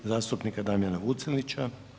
Zastupnika Damjana Vucelića.